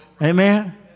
Amen